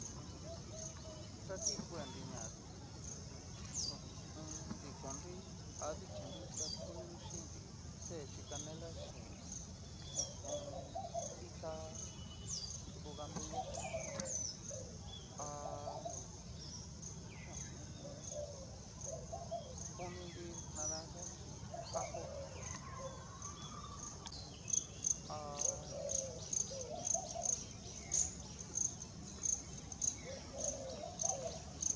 Ta kikunri ña ho o on. dikonri, a dichinri ta ku chinri té xhi canela xhin ho o on. itá xhi bongabilia ha ho o on. coninri naranja chín ajo